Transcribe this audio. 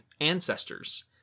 ancestors